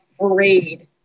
afraid